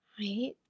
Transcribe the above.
right